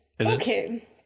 Okay